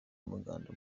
umuganda